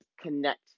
connect